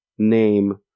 name